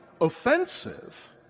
offensive